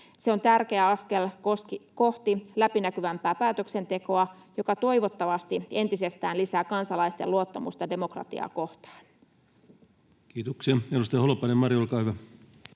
Se on tärkeä askel kohti läpinäkyvämpää päätöksentekoa, joka toivottavasti entisestään lisää kansalaisten luottamusta demokratiaa kohtaan. [Speech 101] Speaker: Ensimmäinen varapuhemies